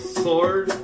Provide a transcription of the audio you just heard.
sword